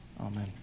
Amen